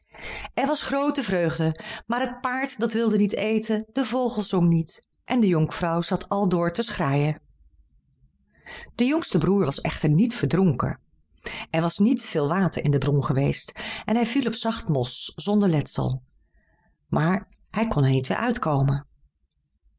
er was groote vreugde maar het paard dat wilde niet eten de vogel zong niet en de jonkvrouw zat al door te schreien de jongste broer was echter niet verdronken er was niet veel water in de bron geweest en hij viel op zacht mos zonder letsel maar hij kon er niet weêr uitkomen